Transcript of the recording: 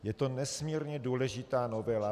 Je to nesmírně důležitá novela.